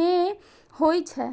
मे होइ छै